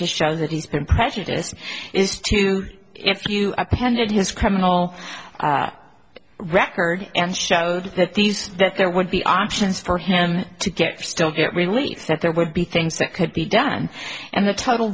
to show that he's been prejudiced is to if you appended his criminal record and showed that these that there would be options for him to get still get relief that there would be things that could be done and the total